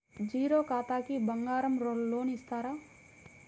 Zero ఖాతాకి బంగారం loan ఇస్తారా?